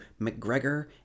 McGregor